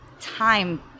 time